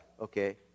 Okay